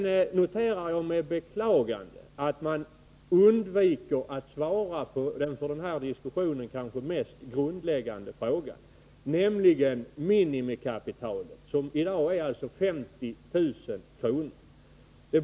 Jag noterar med beklagande att man undviker att besvara den för denna diskussion kanske mest grundläggande frågan, nämligen frågan om minimikapitalet som i dag är 50 000 kr.